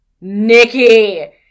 Nikki